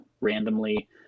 randomly